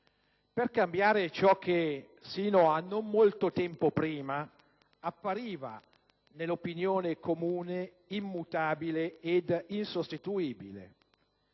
per cambiare ciò che, sino a non molto tempo prima, appariva nell'opinione comune immutabile ed insostituibile.